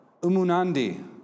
Umunandi